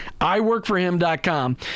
iWorkForHim.com